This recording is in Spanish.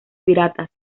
piratas